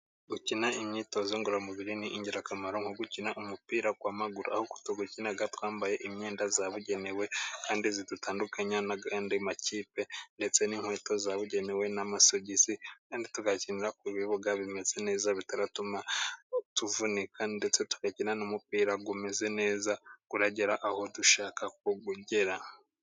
Gukina imyitozo ngororamubiri ni ingirakamaro, nko gukina umupira w'amaguru, aho tuwukina twambaye imyenda yabugenewe, kandi idutandukanya n'ayandi makipe, ndetse n'inkweto zabugenewe n'amasogisi, kandi tugakinira ku bibuga bimeze neza bitaratuma tuvunika ndetse tugakina umupira umeze neza uragera aho dushaka ko ugera